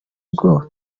bwo